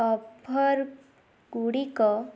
ଅଫରଗୁଡ଼ିକ